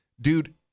dude